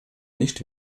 nicht